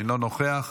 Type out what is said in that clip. אינו נוכח.